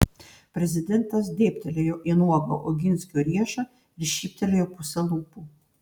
prezidentas dėbtelėjo į nuogą oginskio riešą ir šyptelėjo puse lūpų